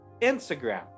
Instagram